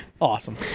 Awesome